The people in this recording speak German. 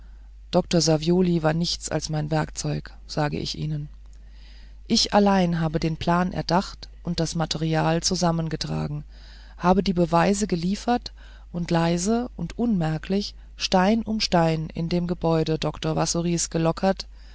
dr savioli war nichts als mein werkzeug sage ich ihnen ich allein habe den plan erdacht und das material zusammengetragen habe die beweise geliefert und leise und unmerklich stein um stein in dem gebäude dr wassorys gelockert